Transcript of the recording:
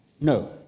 No